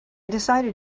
decided